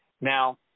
now